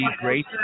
great